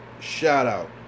shout-out